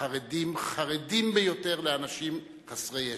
החרדים חרדים ביותר לאנשים חסרי ישע,